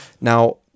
Now